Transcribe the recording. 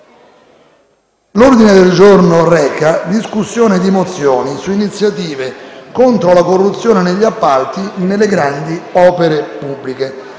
Presidente, giungiamo a discutere le mozioni su iniziative contro la corruzione negli appalti nelle grandi opere pubbliche